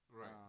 right